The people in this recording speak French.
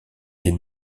est